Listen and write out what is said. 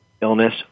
illness